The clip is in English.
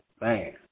man